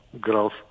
growth